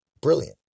brilliant